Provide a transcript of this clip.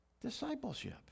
discipleship